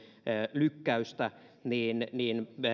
lykkäystä tiedettiin käsiteltävän eduskunnassa tänään että